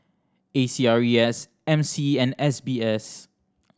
A C R E S M C and S B S